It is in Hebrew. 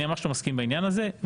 אני ממש לא מסכים בעניין הזה.